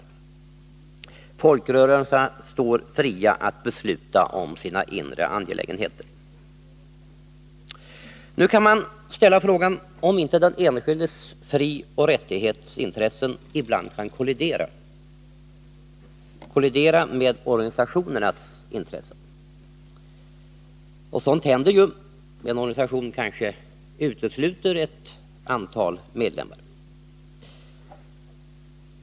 Folkrörelserna står fria att besluta om sina inre angelägenheter. Nu kan man ställa frågan om inte den enskildes frioch rättighetsintressen ibland kan kollidera med organisationernas intressen. Sådant händer ju. En organisation kanske utesluter ett antal medlemmar.